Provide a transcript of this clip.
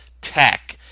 tech